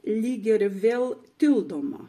lygia ir vėl tildoma